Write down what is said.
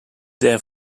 their